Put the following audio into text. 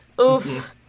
Oof